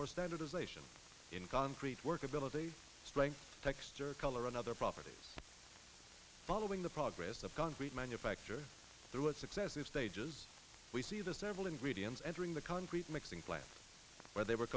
for standardization in concrete workability strength texture color another property following the progress of concrete manufacture through its successive stages we see the several ingredients entering the concrete mixing plant where they were